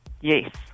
Yes